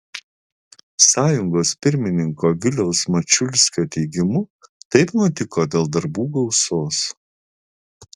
sąjungos pirmininko viliaus mačiulskio teigimu taip nutiko dėl darbų gausos